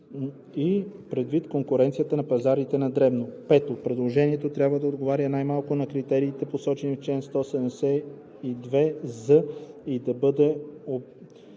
и предвид конкуренцията на пазарите на дребно; 5. предложението трябва да отговаря най-малкото на критериите, посочени в чл. 172з, и да бъде